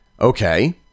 Okay